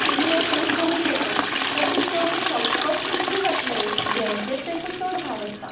पिडी हें सगळें कमी करतात तांचे चडशें शॉटकट कितले जातलें हाचें तांचो चड भार आसता